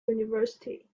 university